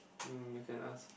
um you can ask